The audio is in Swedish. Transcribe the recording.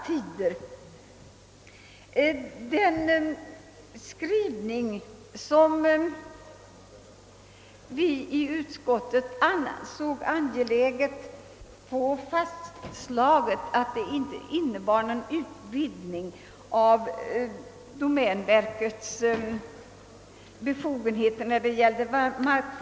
Vi har som sagt ansett det angeläget att slå fast att utskottets skrivning inte innebär någon utvidgning av domänverkets befogenheter när det gäller markfonden.